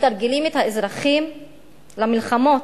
מתרגלים את האזרחים למלחמות,